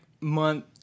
month